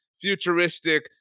futuristic